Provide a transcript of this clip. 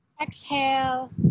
Exhale